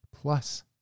plus